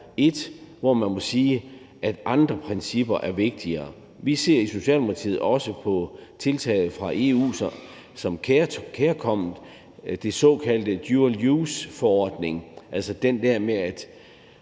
et, hvor man må sige at andre principper er vigtigere. Vi ser i Socialdemokratiet på tiltag fra EU som den såkaldte dual use-forordning som kærkomment